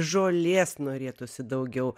žolės norėtųsi daugiau